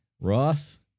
Ross